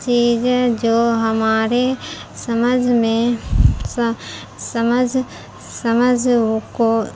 چیزیں جو ہمارے سمجھ میں سمجھ سمجھ کو